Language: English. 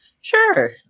Sure